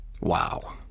Wow